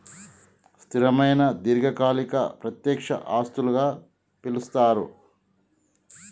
స్థిరమైన దీర్ఘకాలిక ప్రత్యక్ష ఆస్తులుగా పిలుస్తరు